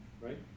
right